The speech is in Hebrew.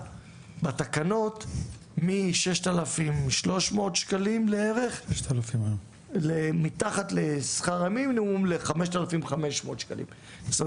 בתקנות מ 6,300 ₪ לערך מתחת לשכר המינימום 5,500 ₪ זאת